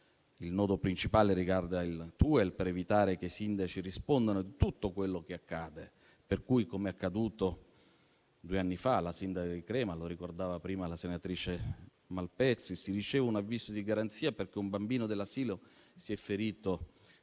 il nodo principale riguarda il TUEL per evitare che i sindaci rispondano di tutto quello che accade. Faccio l'esempio di ciò che è accaduto due anni fa alla sindaca di Crema - lo ricordava prima la senatrice Malpezzi - che ricevette un avviso di garanzia perché un bambino dell'asilo si era ferito